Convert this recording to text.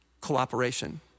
cooperation